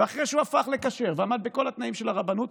ואחרי שהוא הפך לכשר ועמד בכל התנאים של הרבנות,